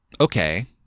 okay